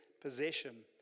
possession